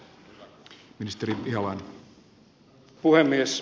arvoisa puhemies